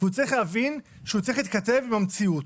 והוא צריך להבין שהוא צריך להתכתב עם המציאות.